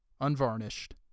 unvarnished